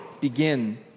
begin